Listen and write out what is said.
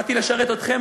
באתי לשרת אתכם,